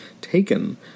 taken